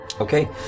Okay